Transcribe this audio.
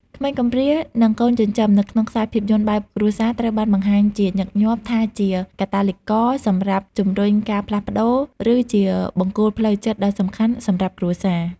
ក្មេងកំព្រា និងកូនចិញ្ចឹមនៅក្នុងខ្សែភាពយន្តបែបគ្រួសារ ត្រូវបានបង្ហាញជាញឹកញាប់ថាជាកាតាលីករសម្រាប់ជំរុញការផ្លាស់ប្ដូរ ឬជាបង្គោលផ្លូវចិត្តដ៏សំខាន់សម្រាប់គ្រួសារ។